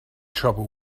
trouble